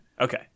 Okay